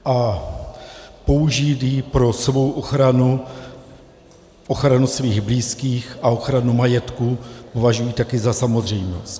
A použít ji pro svou ochranu, ochranu svých blízkých a ochranu majetku považuji taky za samozřejmost.